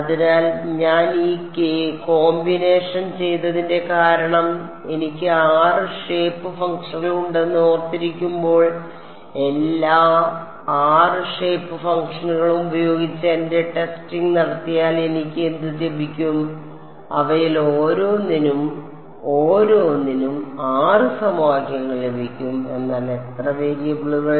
അതിനാൽ ഞാൻ ഈ കോമ്പിനേഷൻ ചെയ്തതിന്റെ കാരണം എനിക്ക് 6 ഷേപ്പ് ഫംഗ്ഷനുകൾ ഉണ്ടെന്ന് ഓർത്തിരിക്കുമ്പോൾ എല്ലാ 6 ഷേപ്പ് ഫംഗ്ഷനുകളും ഉപയോഗിച്ച് എന്റെ ടെസ്റ്റിംഗ് നടത്തിയാൽ എനിക്ക് എന്ത് ലഭിക്കും അവയിൽ ഓരോന്നിനും ഓരോന്നിനും 6 സമവാക്യങ്ങൾ ലഭിക്കും എന്നാൽ എത്ര വേരിയബിളുകൾ